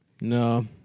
No